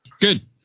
Good